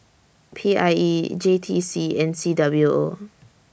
P I E J T C and C W O